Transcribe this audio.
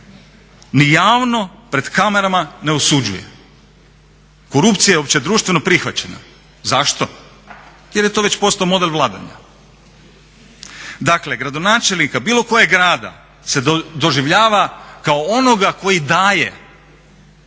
ni javno pred kamerama ne osuđuje. Korupcija je općedruštveno prihvaćena. Zašto, jer je to već postao model vladanja. Dakle gradonačelnika bilo kojeg grada se doživljava kao onoga koji daje,